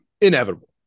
inevitable